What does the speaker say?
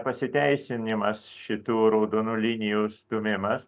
pasiteisinimas šitų raudonų linijų stūmimas